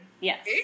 Yes